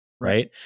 Right